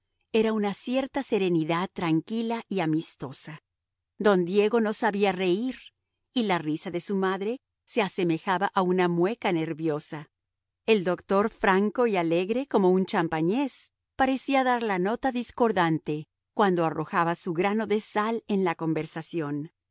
era una cierta serenidad tranquila y amistosa don diego no sabía reír y la risa de su madre se asemejaba a una mueca nerviosa el doctor franco y alegre como un champañés parecía dar la nota discordante cuando arrojaba su grano de sal en la conversación